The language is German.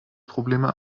probleme